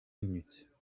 minutes